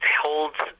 holds